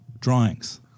drawings